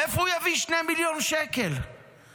מאיפה הוא יביא שני מיליון שקל למגרש?